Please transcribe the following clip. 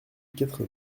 quatre